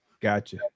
gotcha